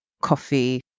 coffee